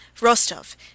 Rostov